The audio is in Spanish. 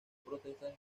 protestas